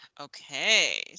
okay